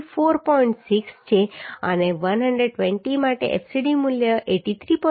6 છે અને 120 માટે fcd મૂલ્ય 83